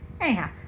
anyhow